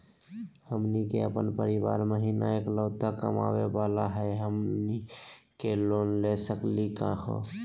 हमनी के अपन परीवार महिना एकलौता कमावे वाला हई, हमनी के लोन ले सकली का हो?